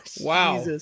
wow